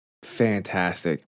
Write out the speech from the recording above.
Fantastic